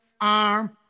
arm